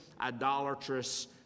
idolatrous